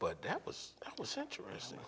but that was interesting